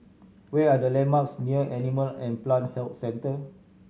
where are the landmarks near Animal and Plant Health Centre